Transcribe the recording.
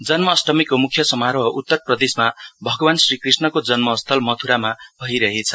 जन्माष्टमीको मुख्य समारोह उत्तर प्रदेशमा भगवान श्रीकृष्णको जन्मस्थल मथुरामा भइरहेछ